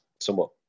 Somewhat